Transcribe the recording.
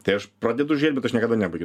tai aš pradedu žiūrėt bet aš niekada nebaigiu